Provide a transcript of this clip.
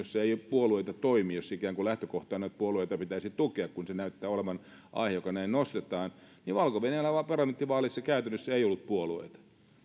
joissa eivät puolueet toimi jos ikään kuin lähtökohtana on että puolueita pitäisi tukea kun se näyttää olevan aihe joka näin nostetaan että valko venäjällä vaan parlamenttivaaleissa käytännössä ei ollut puolueita